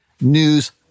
news